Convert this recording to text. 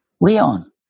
Leon